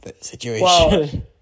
situation